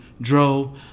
Dro